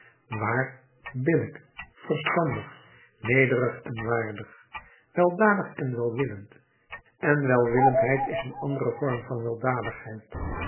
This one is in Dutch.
waar billijk verstandig nederig en waardig weldadig en welwillend en welwillendheid is een andere vorm van